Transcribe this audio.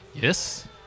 yes